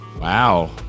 wow